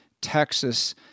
Texas